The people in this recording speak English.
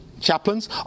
chaplains